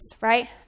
right